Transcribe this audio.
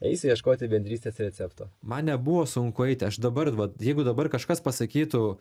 eitų ieškoti bendrystės recepto man nebuvo sunku eiti aš dabar vat jeigu dabar kažkas pasakytų